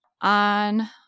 On